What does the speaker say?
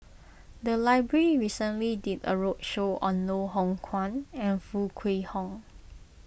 the library recently did a roadshow on Loh Hoong Kwan and Foo Kwee Horng